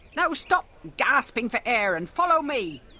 now stop gasping for air and follow me.